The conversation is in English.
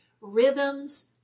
rhythms